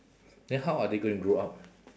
then how are they going to grow up